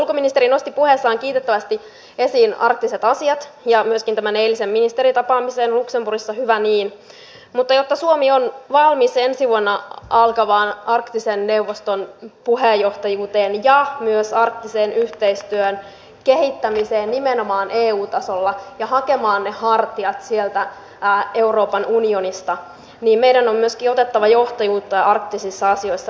ulkoministeri nosti puheessaan kiitettävästi esiin arktiset asiat ja myöskin tämän eilisen ministeritapaamisen luxemburgissa hyvä niin mutta jotta suomi on valmis ensi vuonna alkavaan arktisen neuvoston puheenjohtajuuteen ja myös arktisen yhteistyön kehittämiseen nimenomaan eu tasolla ja hakemaan ne hartiat sieltä euroopan unionista niin meidän on myöskin otettava johtajuutta arktisissa asioissa